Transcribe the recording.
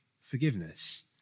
forgiveness